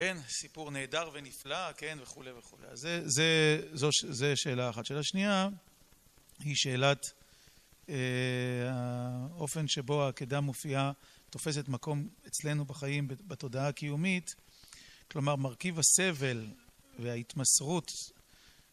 כן, סיפור נהדר ונפלא, כן? וכו' וכו' וכו'. אז זה..זה.. זו שאלה אחת. שאלה שנייה היא שאלת האופן שבו העקידה מופיעה, תופסת מקום אצלנו בחיים בתודעה הקיומית. כלומר מרכיב הסבל וההתמסרות..